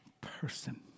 person